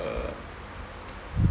err